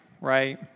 right